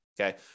okay